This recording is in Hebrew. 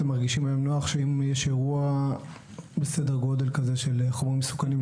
אתם מרגישים היום נוח שאם יש אירוע בסדר גודל כזה של חומרים מסוכנים,